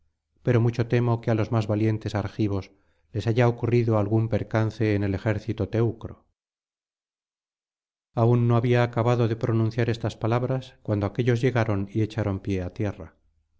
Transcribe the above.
pero mucho temo que á los más valientes argivos les haya ocurrido algún percance en el ejército teucro aun no había acabado de pronunciar estas palabras cuando aquéllos llegaron y echaron pie á tierra